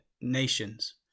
nations